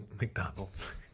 McDonald's